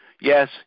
Yes